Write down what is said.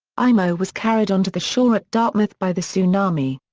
imo was carried onto the shore at dartmouth by the tsunami.